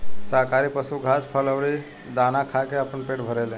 शाकाहारी पशु घास, फल अउरी दाना खा के आपन पेट भरेले